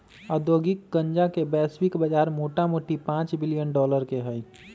औद्योगिक गन्जा के वैश्विक बजार मोटामोटी पांच बिलियन डॉलर के हइ